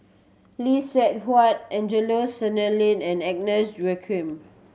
Lee Seng Huat Angelo Sanelli and Agnes Joaquim